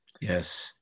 Yes